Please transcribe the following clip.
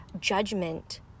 judgment